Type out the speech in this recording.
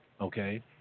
okay